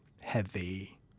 heavy